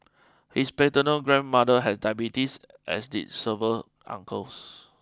his paternal grandmother had diabetes as did several uncles